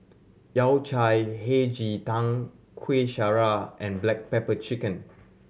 Yao Cai Hei Ji Tang Kuih Syara and black pepper chicken